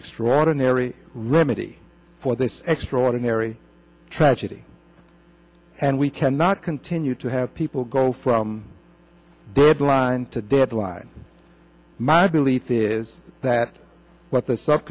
extraordinary remedy for this extraordinary tragedy and we cannot continue to have people go from birdlime to deadline my belief is that what the